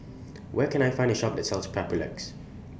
Where Can I Find A Shop that sells Papulex